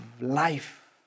life